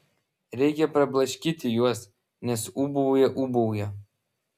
reikia prablaškyti juos nes ūbauja ūbauja